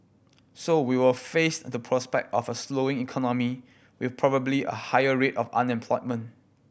so we will face the prospect of a slowing economy with probably a higher rate of unemployment